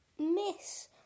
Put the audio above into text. Miss